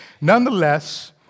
nonetheless